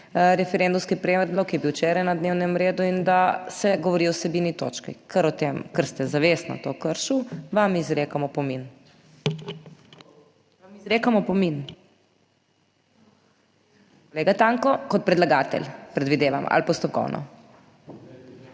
referendumski predlog, ki je bil včeraj na dnevnem redu in da se govori o vsebini točke, ker ste zavestno to kršil, vam izrekam opomin. Vam izrekam opomin. Kolega Tanko, kot predlagatelj predvidevam ali postopkovno?